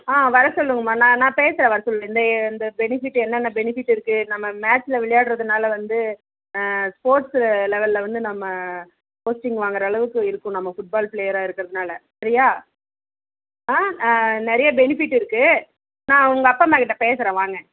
ஆ வர சொல்லுங்கமா நான் பேசுகிறேன் வர சொல் இந்த பெனிபிட் என்னென்ன பெனிபிட் இருக்குது நம்ம மேட்ச்சில் விளையாடுறதுனால வந்து ஸ்போர்ட்ஸ்ஸு லெவலில் வந்து நம்ம போஸ்டிங் வாங்குகிற அளவுக்கு இருக்கும் நம்ம ஃபுட் பால் பிளையர்ராக இருக்கிறதுனால் சரியாக நிறைய பெனிபிட் இருக்குது நான் உங்கள் அப்பா அம்மாக் கிட்டே பேசுகிறேன் வாங்க